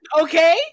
Okay